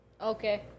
Okay